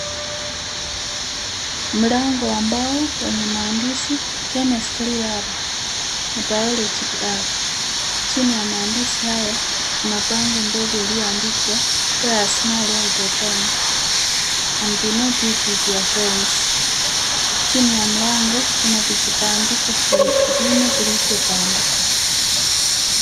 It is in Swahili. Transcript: Mlango ambao wenye maandishi chemistry lab na biology lab , chini ya maandishi haya kuna bango ndogo iliyoandikwa wear a smile all the time and do not eat with your friends , chini ya mlango kuna vijibandiko vingine vilivyobandikwa.